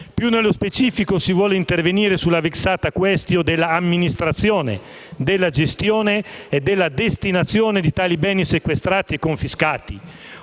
Più nello specifico, si vuole intervenire sulla *vexata quaestio* dell'amministrazione, della gestione e della destinazione di tali beni sequestrati e confiscati,